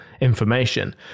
information